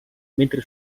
mentre